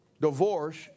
divorce